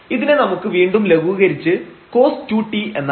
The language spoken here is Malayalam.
ഇതിനെ നമുക്ക് വീണ്ടും ലഘൂകരിച്ച് cos 2t എന്നാക്കാം